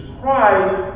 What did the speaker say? Christ